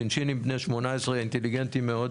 שינשינים בני שמונה עשרה, אינטליגנטים מאוד,